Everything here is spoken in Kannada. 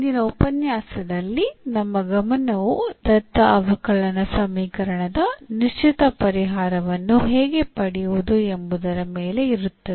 ಇಂದಿನ ಉಪನ್ಯಾಸದಲ್ಲಿ ನಮ್ಮ ಗಮನವು ದತ್ತ ಅವಕಲನ ಸಮೀಕರಣದ ನಿಶ್ಚಿತ ಪರಿಹಾರವನ್ನು ಹೇಗೆ ಪಡೆಯುವುದು ಎಂಬುದರ ಮೇಲೆ ಇರುತ್ತದೆ